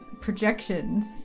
projections